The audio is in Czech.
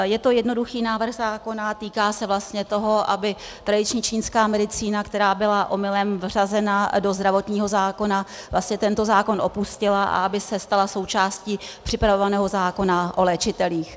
Je to jednoduchý návrh zákona, týká se vlastně toho, aby tradiční čínská medicína, která byla omylem vřazena do zdravotního zákona, vlastně tento zákon opustila a aby se stala součástí připravovaného zákona o léčitelích.